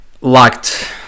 liked